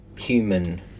human